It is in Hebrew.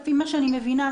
לפי מה שאני מבינה,